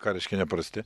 ką reiškia neprasti